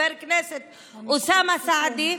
חבר הכנסת אוסאמה סעדי,